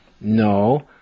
No